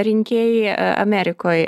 rinkėjai amerikoj